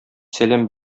сәлам